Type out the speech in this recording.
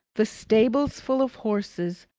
the stables full of horses,